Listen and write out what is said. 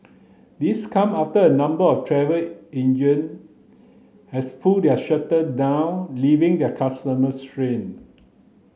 this come after a number of travel agent has pulled their shutter down leaving their customers stranded